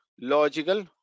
logical